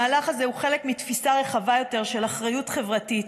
המהלך הזה הוא חלק מתפיסה רחבה יותר של אחריות חברתית.